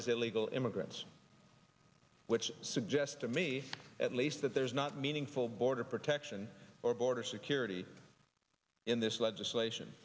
as illegal immigrants which suggests to me at least that there's not meaningful border protection or border security in this legislation